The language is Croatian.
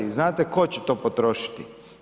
Znate tko će to potrošiti?